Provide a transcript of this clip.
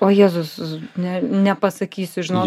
o jėzus ne nepasakysiu žin